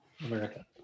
america